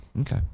okay